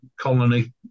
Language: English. colony